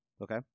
okay